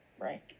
right